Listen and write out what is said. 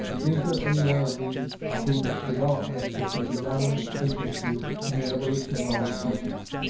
is there any one of these whose development is the predominant agency in the evolution of our species?